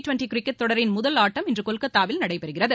twenty cricket தொடரின் முதல் ஆட்டம் இன்று கொல்கத்தாவில் நடைபெறுகிறது